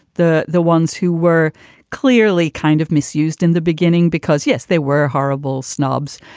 the the ones who were clearly kind of misused in the beginning because, yes, they were horrible snobs.